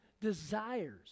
desires